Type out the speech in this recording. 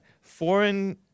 foreign